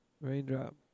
Raindrop